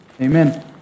Amen